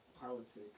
politics